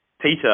Peter